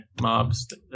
mobs